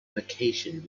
vacation